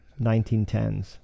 1910s